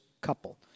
couple